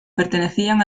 pertenecían